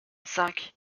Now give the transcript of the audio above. cinq